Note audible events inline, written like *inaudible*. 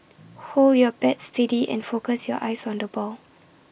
*noise* hold your bat steady and focus your eyes on the ball